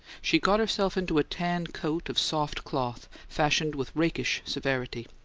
she got herself into a tan coat of soft cloth fashioned with rakish severity.